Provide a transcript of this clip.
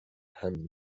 همین